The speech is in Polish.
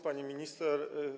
Pani Minister!